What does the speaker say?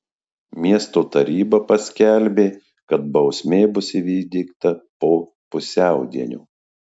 miesto taryba paskelbė kad bausmė bus įvykdyta po pusiaudienio